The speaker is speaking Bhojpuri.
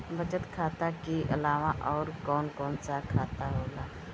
बचत खाता कि अलावा और कौन कौन सा खाता होला?